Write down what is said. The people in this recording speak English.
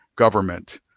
government